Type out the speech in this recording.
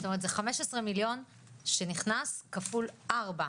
זאת אומרת זה 15 מיליון שנכנס כפול 4,